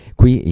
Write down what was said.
qui